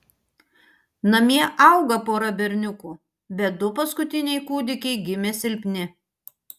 namie auga pora berniukų bet du paskutiniai kūdikiai gimė silpni